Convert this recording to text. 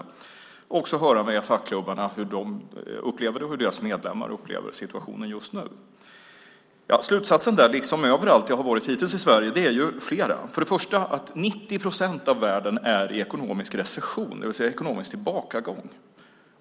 Det handlar också om att höra med fackklubbarna om hur de upplever det och hur deras medlemmar upplever situationen just nu. Slutsatserna där liksom överallt där jag har varit hittills i Sverige är flera. För det första är 90 procent av världen i ekonomisk recession, det vill säga ekonomisk tillbakagång.